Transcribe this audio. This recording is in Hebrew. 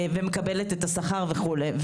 ומקבלת את השכר וכולי.